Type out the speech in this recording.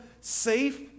safe